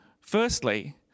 Firstly